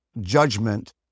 judgment